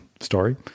story